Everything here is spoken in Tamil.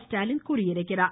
ஸ்டாலின் தெரிவித்துள்ளார்